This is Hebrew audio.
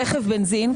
רכב בנזין,